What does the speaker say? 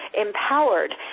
empowered